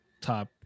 top